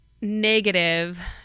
negative